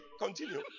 Continue